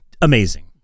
amazing